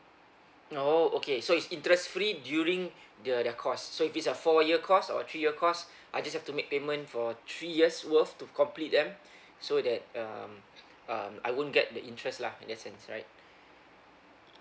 orh okay so it's interest free during the~ their course so if it's a four year course or three year course I just have to make payment for three years' worth to complete them so that um um I won't get the interest lah in that sense right